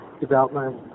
Development